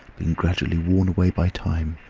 being gradually worn away by time,